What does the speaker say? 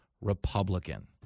Republican